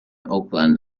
oakland